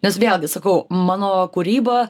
nes vėlgi sakau mano kūryba